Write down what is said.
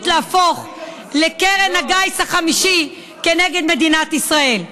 להפוך לקרן הגיס החמישי כנגד מדינת ישראל.